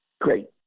Great